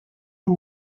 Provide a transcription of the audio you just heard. him